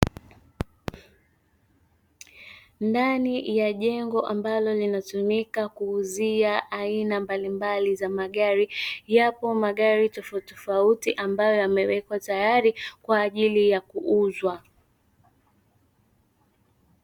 Ndani ya jengo ambalo linatumika kuuzia aina mbalimbali za magari, yapo magari tofautitofauti ambayo yamewekwa tayari kwa ajili ya kuuzwa.